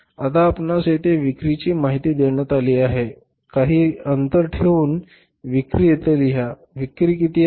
आता आपणास येथे विक्रीची माहिती देण्यात आली आहे काही अंतर ठेवून विक्री येथे लिहा विक्री किती आहे